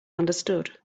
understood